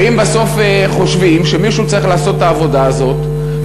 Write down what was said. ואם בסוף חושבים שמישהו צריך לעשות את העבודה הזאת,